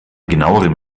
genauerem